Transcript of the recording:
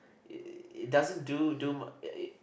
it doesn't do do